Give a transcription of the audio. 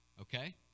okay